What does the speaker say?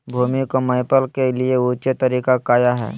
भूमि को मैपल के लिए ऊंचे तरीका काया है?